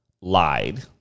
lied